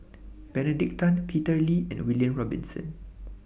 Benedict Tan Peter Lee and William Robinson